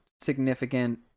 significant